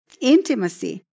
intimacy